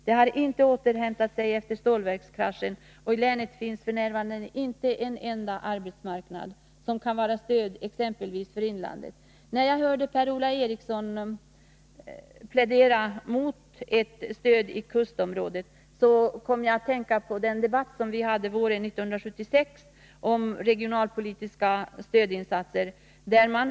Det har inte återhämtat sig efter stålverkskraschen, och i länet finns f.n. inte en enda arbetsmarknad som kan vara stöd exempelvis för inlandet. När jag hörde Per-Ola Eriksson plädera mot ett stöd i kustområdet kom jag att tänka på den debatt om regionalpolitiska stödåtgärder som vi hade våren 1976.